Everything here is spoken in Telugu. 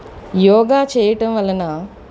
యోగా చేయటం వలన